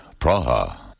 Praha